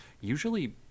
usually